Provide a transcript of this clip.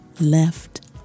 left